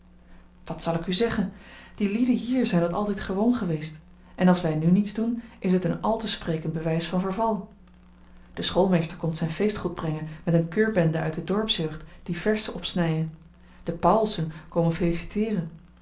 wat zal ik u zeggen die lieden hier zijn dat altijd gewoon geweest en als wij nu niets doen is het een al te sprekend bewijs van verval de schoolmeester komt zijn feestgroet brengen met een keurbende uit de dorpsjeugd die verzen opsnijen de pauwelsen komen feliciteeren